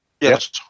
Yes